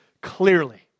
clearly